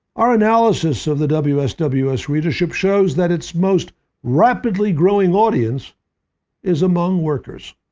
our analysis of the wsws wsws readership shows that its most rapidly growing audience is among workers.